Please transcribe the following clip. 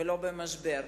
ולא במשבר.